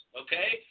okay